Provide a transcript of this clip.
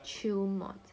chill module